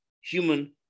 human